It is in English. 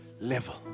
level